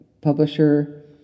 publisher